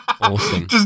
Awesome